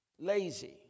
lazy